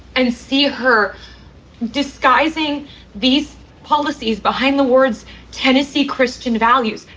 and see her disguising these policies behind the words tennessee christian values.